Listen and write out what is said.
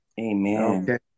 Amen